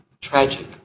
tragic